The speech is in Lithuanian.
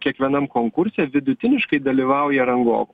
kiekvienam konkurse vidutiniškai dalyvauja rangovų